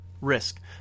Risk